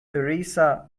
teresa